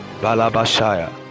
Balabashaya